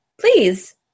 please